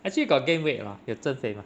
actually you got gain weight or not 有增肥 mah